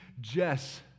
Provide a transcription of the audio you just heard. Jess